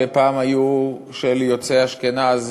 שפעם היו של יוצאי אשכנז,